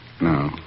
No